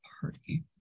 party